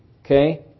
Okay